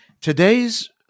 today's